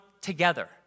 together